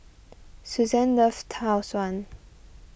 Suzanne loves Tau Suan